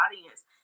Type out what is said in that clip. audience